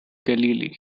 galilee